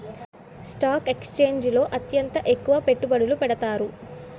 stock ఎక్స్చేంజిల్లో అత్యంత ఎక్కువ పెట్టుబడులు పెడతారు